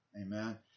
Amen